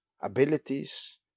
Abilities